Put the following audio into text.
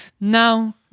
Now